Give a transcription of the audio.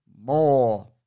more